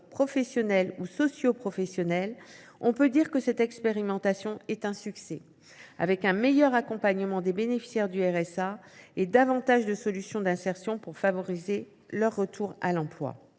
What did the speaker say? professionnels ou socioprofessionnels, on peut dire que cette expérimentation est un succès : à la clé, un meilleur accompagnement des bénéficiaires du RSA et davantage de solutions d’insertion pour favoriser leur retour à l’emploi.